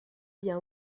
bien